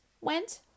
went